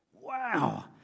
Wow